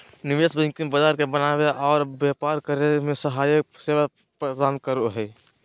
निवेश बैंकिंग बाजार बनावे आर व्यापार करे मे सहायक सेवा प्रदान करो हय